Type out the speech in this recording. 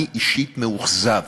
אני אישית מאוכזב,